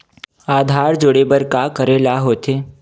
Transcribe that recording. आधार जोड़े बर का करे ला होथे?